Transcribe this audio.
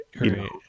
Right